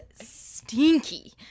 stinky